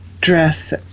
dress